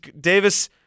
Davis